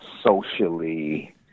socially